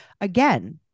again